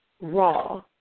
raw